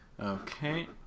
okay